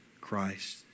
Christ